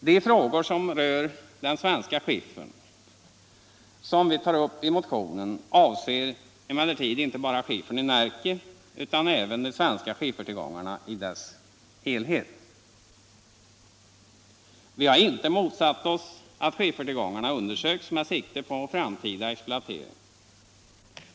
De frågor rörande den svenska skiffern som vi tar upp i motionen avser emellertid inte bara skiffern i Närke utan de svenska skiffertillgångarna i sin helhet. Vi har inte motsatt oss att skiffertillgångarna undersöks med sikte på framtida exploatering.